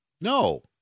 No